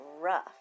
rough